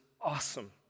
awesome